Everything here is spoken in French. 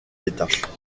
détache